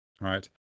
Right